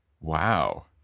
wow